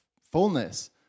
fullness